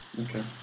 Okay